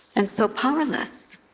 and so powerless,